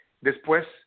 después